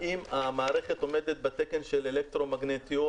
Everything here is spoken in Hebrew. האם המערכת עומדת בתקן של אלקטרומגנטיות,